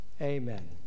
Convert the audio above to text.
amen